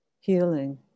healing